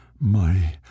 My